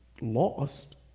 Lost